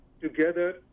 together